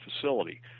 facility